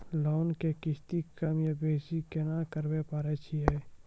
Loan के किस्ती कम या बेसी केना करबै पारे छियै?